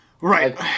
Right